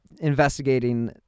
investigating